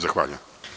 Zahvaljujem.